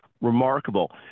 remarkable